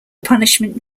punishment